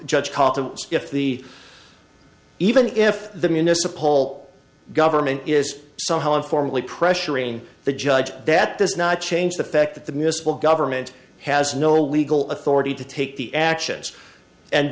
judge if the even if the municipal government is somehow informally pressuring the judge that does not change the fact that the miscible government has no legal authority to take the actions